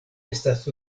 estas